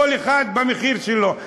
כל אחד במחיר שלו.